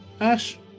Ash